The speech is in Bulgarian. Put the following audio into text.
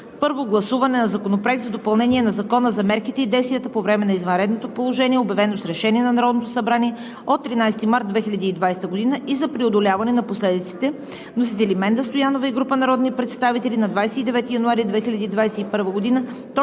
Първо гласуване на Законопроекта за допълнение на Закона за мерките и действията по време на извънредното положение, обявено с решение на Народното събрание от 13 март 2020 г., и за преодоляване на последиците. Вносители – Менда Стоянова и група народни представители на 29 януари 2021 г.